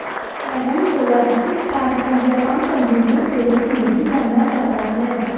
carambola जिसे star फल या पांच अंगुलियों के रूप में भी जाना जाता है